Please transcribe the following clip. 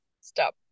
Stop